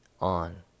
on